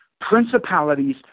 principalities